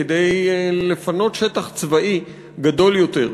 כדי לפנות שטח צבאי גדול יותר,